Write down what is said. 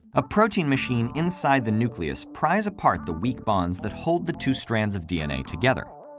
a protein machine inside the nucleus pries apart the weak bonds that hold the two strands of dna together.